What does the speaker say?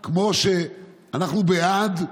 אנחנו בעד זה